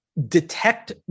detect